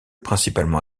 principalement